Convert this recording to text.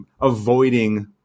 avoiding